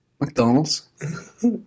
McDonald's